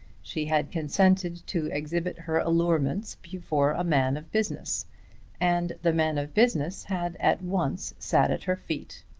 she had consented to exhibit her allurements before a man of business and the man of business had at once sat at her feet.